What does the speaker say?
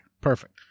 perfect